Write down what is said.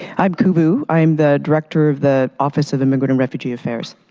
i'm cuc vu, i'm the director of the office of immigrant and refugee affairs.